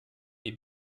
wir